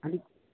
अलिक